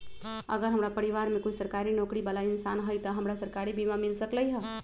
अगर हमरा परिवार में कोई सरकारी नौकरी बाला इंसान हई त हमरा सरकारी बीमा मिल सकलई ह?